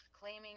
claiming